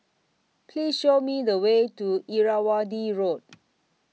Please Show Me The Way to Irrawaddy Road